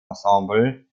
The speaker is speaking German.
ensemble